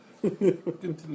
Continue